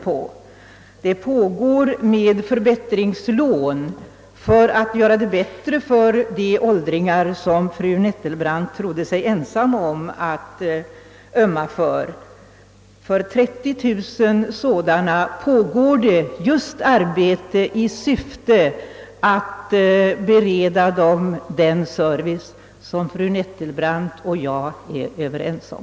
Fru Nettelbrandt trodde sig vara ensam om att ömma för de åldringar, som man nu hjälper med förbättringslån. För 30 000 sådana åldringar pågår just arbete i syfte att bereda dem den service som fru Nettelbrandt och jag är överens om.